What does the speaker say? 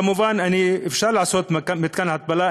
כמובן אפשר לעשות מתקן התפלה,